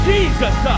Jesus